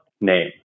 name